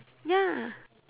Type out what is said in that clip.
ya